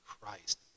Christ